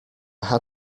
had